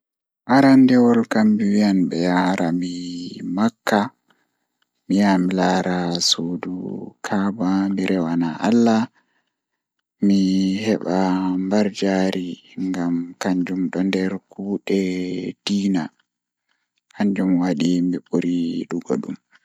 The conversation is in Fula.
Arandewol kam mi wiyan be yaara mi makka mi yaha mi laara suudu kaaba mi rewa allah mi heba mbarjaari ngam kanjum don nder kuugal diina kanjum wadi mi buri yidugo.